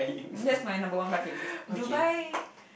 that's my number one bucket list Dubai